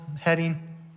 heading